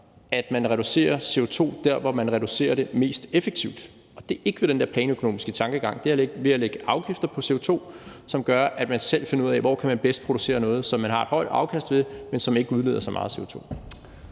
at man reducerer CO2 der, hvor man reducerer det mest effektivt. Og det sker ikke ved hjælp af den der planøkonomiske tankegang; det sker ved at lægge afgifter på CO2, som gør, at man selv finder ud af, hvor man bedst kan producere noget, som man får et højt afkast af, men som ikke udleder så meget CO2.